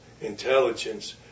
intelligence